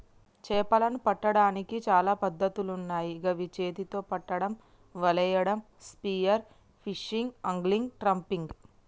చేపలను పట్టడానికి చాలా పద్ధతులున్నాయ్ గవి చేతితొ పట్టడం, వలేయడం, స్పియర్ ఫిషింగ్, ఆంగ్లిగ్, ట్రాపింగ్